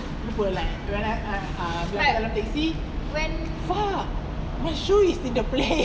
lupa like when I bila aku turun taxi fuck my shoe is in the plane